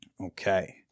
Okay